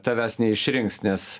tavęs neišrinks nes